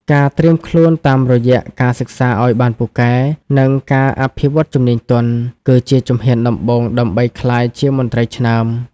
ការត្រៀមខ្លួនតាមរយៈការសិក្សាឱ្យបានពូកែ និងការអភិវឌ្ឍជំនាញទន់ គឺជាជំហានដំបូងដើម្បីក្លាយជាមន្ត្រីឆ្នើម។